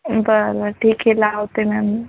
बरं ठीक आहे लावते मॅम